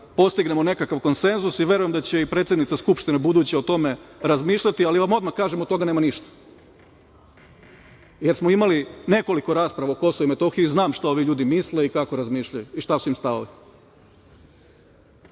postignemo nekakav konsenzus i verujem da će i buduća predsednica Skupštine o tome razmišljati, ali vam odmah kažem da od toga nema ništa, jer smo imali nekoliko rasprava o Kosovu i Metohiji i znam šta ovi ljudi misle i kako razmišljaju. Jedan nam se